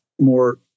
more